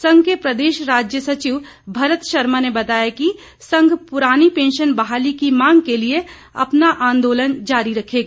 संघ के प्रदेश राज्य सचिव भरत शर्मा ने बताया कि संघ पुरानी पैंशन बहाली की मांग के लिए अपना आंदोलन जारी रखेगा